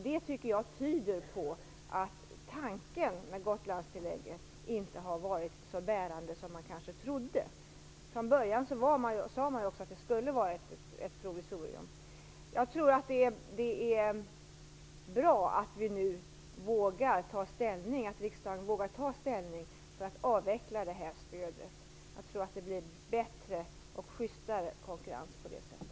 Det tycker jag tyder på att tanken med Gotlandstillägget kanske inte har varit så bärande som man kanske trodde. Från början sade man ju att det skulle vara ett provisorium. Jag tror att det är bra att riksdagen vågar ta ställning för att avveckla det stödet. Jag tror att det blir bättre och schystare konkurrens på det sättet.